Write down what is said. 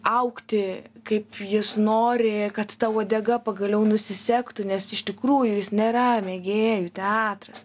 augti kaip jis nori kad ta uodega pagaliau nusisegtų nes iš tikrųjų jis nėra mėgėjų teatras